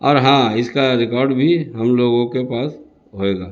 اور ہاں اس کا ریکارڈ بھی ہم لوگوں کے پاس ہوئے گا